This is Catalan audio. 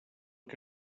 que